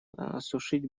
осушить